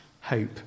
hope